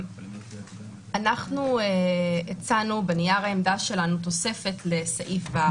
אנחנו הצענו בנייר העמדה שלנו תוספת לסעיף ו',